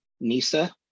NISA